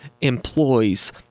employs